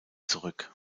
zurück